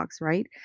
right